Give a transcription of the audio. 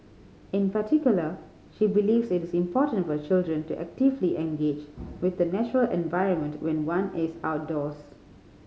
in particular she believes it is important for children to actively engage with the natural environment when one is outdoors